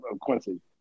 Quincy